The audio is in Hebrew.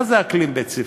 מה זה אקלים בית-ספרי?